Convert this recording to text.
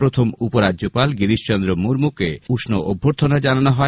প্রথম উপরাজ্যপাল গিরিশচন্দ্র মুর্মুকে উষ্ণ অভ্যর্থনা জানানো হয়